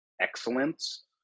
excellence